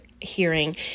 hearing